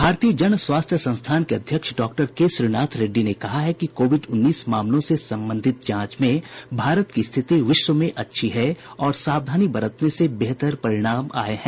भारतीय जन स्वास्थ्य संस्थान के अध्यक्ष डॉक्टर के श्रीनाथ रेड्डी ने कहा है कि कोविड उन्नीस मामलों से संबंधित जांच में भारत की स्थिति विश्व में अच्छी है और सावधानी बरतने से बेहतर परिणाम आए हैं